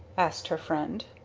asked her friend.